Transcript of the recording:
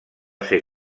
ser